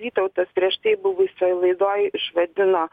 vytautas prieš tai buvusioj laidoj išvadino